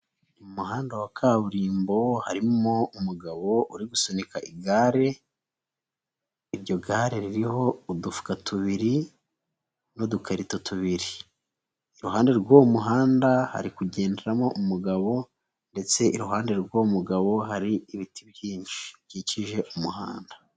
Mu muhanda wa kaburimbo harimo umugabo uri gusunika igare, iryo gare ririho udufuka tubiri n'udukarito tubiri. Iruhande rw'uwo muhanda hari kugenderamo umugabo ndetse iruhande rw'umugabo hari ibiti byinshi bikikije umuhanda.